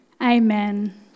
Amen